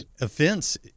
offense